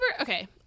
okay